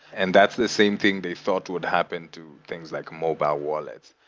and that's the same thing they thought would happen to things like mobile wallets,